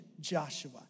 Joshua